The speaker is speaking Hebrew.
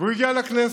והוא הגיע לכנסת.